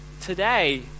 today